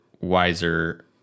wiser